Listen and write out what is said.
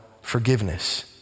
forgiveness